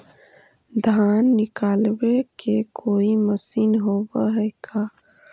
धान निकालबे के कोई मशीन होब है का?